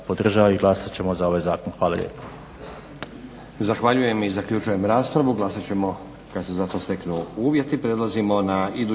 podržava i glasat ćemo za ovaj zakon. Hvala lijepo.